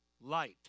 Light